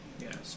Yes